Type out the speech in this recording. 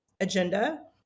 agenda